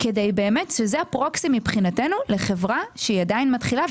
באמת שזה הפרוקסי מבחינתנו לחברה שהיא עדיין מתחילה,